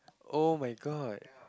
oh-my-god